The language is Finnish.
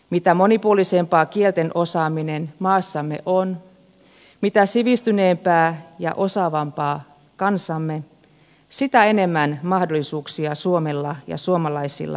mitä monipuolisempaa kielten osaaminen maassamme on mitä sivistyneempää ja osaavampaa kansamme sitä enemmän mahdollisuuksia suomella ja suomalaisilla maailmalla on